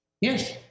Yes